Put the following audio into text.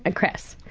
ah chris,